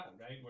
right